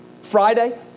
Friday